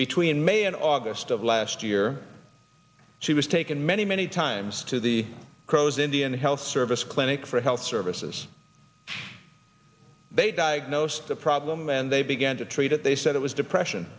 between may and august of last year she was taken many many times to the crow's indian health service clinic for health services they diagnosed the problem and they began to treat it they said it was depression